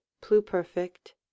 pluperfect